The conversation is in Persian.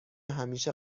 همیشه